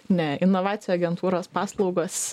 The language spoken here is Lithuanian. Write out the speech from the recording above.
ne inovacijų agentūros paslaugos